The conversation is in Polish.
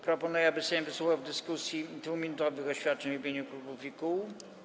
Proponuję, aby Sejm wysłuchał w dyskusji 2-minutowych oświadczeń w imieniu klubów i kół.